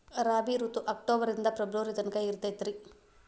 ರಾಬಿ ಋತು ಅಕ್ಟೋಬರ್ ನಿಂದ ಫೆಬ್ರುವರಿ ತನಕ ಇರತೈತ್ರಿ